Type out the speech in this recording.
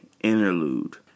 interlude